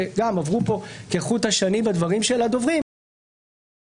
שעברו פה כחוט השני בדברים של הדוברים: דבר אחד,